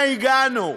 אנה הגענו?